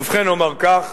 ובכן, אומר כך: